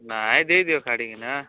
ନାଇଁ ଦେଇଦିଅ କାଢ଼ିକି ନା